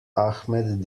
ahmed